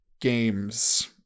games